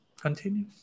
continue